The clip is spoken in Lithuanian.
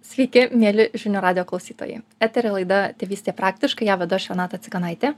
sveiki mieli žinių radijo klausytojai eteryj laida tėvystė praktiškai ją vedu aš renata cikanaitė